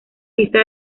pista